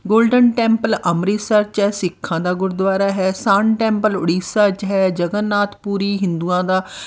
golden temple Amritsar ਚਾਹੇ ਸਿੱਖਾਂ ਦਾ ਗੁਰਦੁਆਰਾ ਹੈ ਸਨ ਟੈਂਪਲ ਉੜੀਸਾ ਚਾਹੇ ਜਗਨਨਾਥਪੁਰੀ ਹਿੰਦੂਆਂ ਦਾ